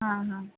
हां हां